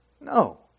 No